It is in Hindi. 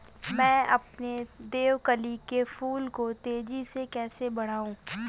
मैं अपने देवकली के फूल को तेजी से कैसे बढाऊं?